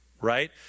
right